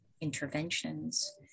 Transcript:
interventions